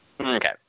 Okay